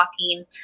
walking